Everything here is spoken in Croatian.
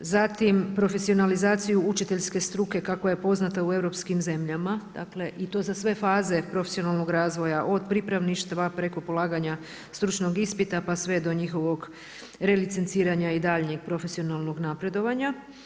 Zatim profesionalizaciju učiteljske struke kako je poznata u europskim zemljama, dakle i to za sve faze profesionalnog razvoja, od pripravništva preko polaganja stručnog ispita pa sve do njihovog relicenciranja i daljnjeg profesionalnog napredovanja.